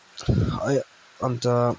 अइ अन्त